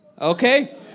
Okay